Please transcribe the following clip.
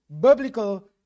Biblical